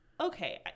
okay